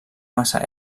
massa